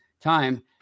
time